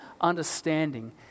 understanding